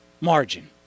margin